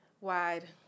Wide